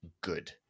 good